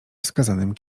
wskazanym